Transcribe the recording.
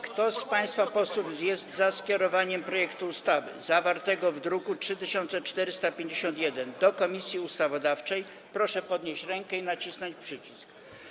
Kto z państwa posłów jest za skierowaniem projektu ustawy zawartego w druku nr 3451 do Komisji Ustawodawczej, proszę podnieść rękę i nacisnąć przycisk.